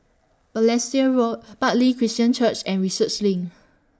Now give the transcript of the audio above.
Balestier Road Bartley Christian Church and Research LINK